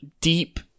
deep